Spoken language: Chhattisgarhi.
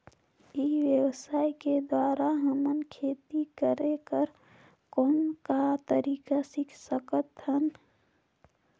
ई व्यवसाय के द्वारा हमन खेती करे कर कौन का तरीका सीख सकत हन?